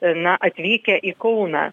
na atvykę į kauną